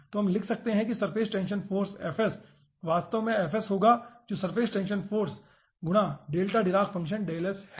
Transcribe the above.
तो हम लिख सकते हैं कि सरफेस टेंशन फाॅर्स वास्तव में होगा जो सरफेस टेंशन फाॅर्स गुणा डेल्टा डिराक फ़ंक्शन δs है